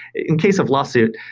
in case of lawsuit,